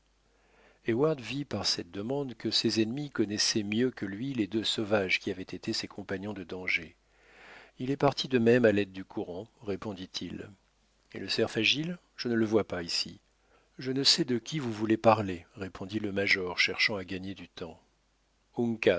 heyward vit par cette demande que ses ennemis connaissaient mieux que lui les deux sauvages qui avaient été ses compagnons de danger il est parti de même à l'aide du courant répondit-il et le cerf agile je ne le vois pas ici je ne sais de qui vous voulez parler répondit le major cherchant à gagner du temps